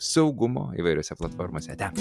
saugumo įvairiose platformose ate